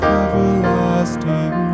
everlasting